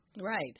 Right